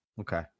Okay